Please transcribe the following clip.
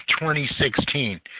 2016